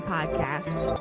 Podcast